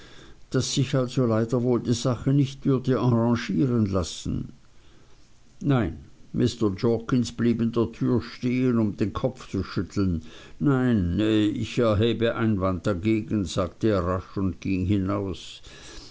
daß sich also leider wohl die sache nicht würde arrangieren lassen nein mr jorkins blieb in der türe stehen um den kopf zu schütteln nein ich erhebe einwand dagegen sagte er rasch und ging hinaus